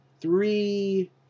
three